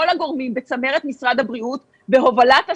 הגורמים בצמרת משרד הבריאות בהובלת השר,